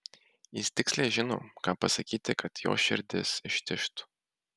jis tiksliai žino ką pasakyti kad jos širdis ištižtų